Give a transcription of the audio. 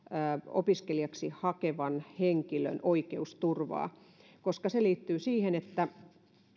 opiskelijaksi hakevan henkilön oikeusturvaa ja se liittyy siihen että